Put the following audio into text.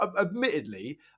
admittedly